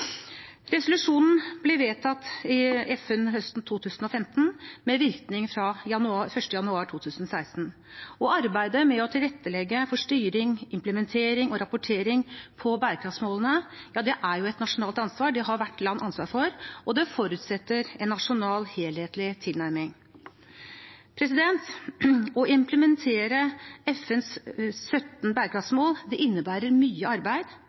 Resolusjonen ble vedtatt i FN høsten 2015, med virkning fra 1. januar 2016. Arbeidet med å tilrettelegge for styring, implementering og rapportering på bærekraftsmålene er et nasjonalt ansvar, det har hvert land ansvar for, og det forutsetter en nasjonal, helhetlig tilnærming. Å implementere FNs 17 bærekraftsmål innebærer mye arbeid,